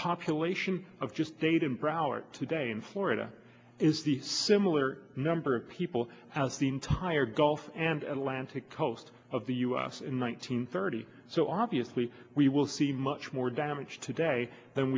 population of just dade and broward today in florida is the similar number of people as the entire gulf and atlantic coast of the u s in one nine hundred thirty so obviously we will see much more damage today than